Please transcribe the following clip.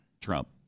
Trump